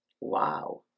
Wow